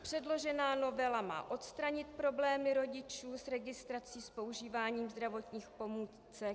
Předložená novela má odstranit problémy rodičů s registrací s používáním zdravotních pomůcek.